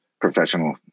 professional